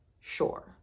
Sure